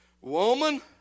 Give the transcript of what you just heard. Woman